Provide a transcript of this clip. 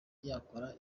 yakora